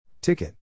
Ticket